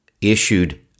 issued